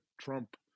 Trump